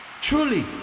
Truly